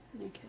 Okay